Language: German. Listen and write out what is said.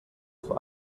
vor